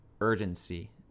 urgency